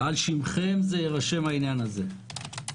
ועל שמכם יירשם העניין הזה.